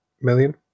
million